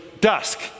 dusk